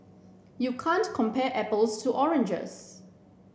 you can't compare apples to oranges